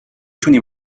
تونی